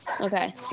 Okay